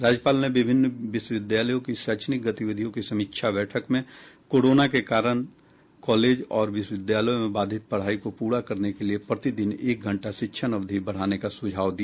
राज्यपाल ने विभिन्न विश्वविद्यालयों की शैक्षणिक गतिविधियों की समीक्षा बैठक में कोरोना के कारण के कारण कॉलेज और विश्वविद्यालयों में बाधित पढ़ाई को पूरा करने के लिए प्रतिदिन एक घंटा शिक्षण अवधि बढ़ाने का सुझाव दिया